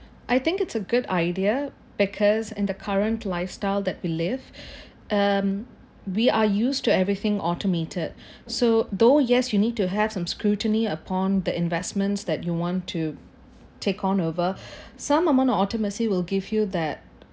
I think it's a good idea because in the current lifestyle that we live um we are used to everything automated so though yes you need to have some scrutiny upon the investments that you want to take on over some amount of ultimacy will give you that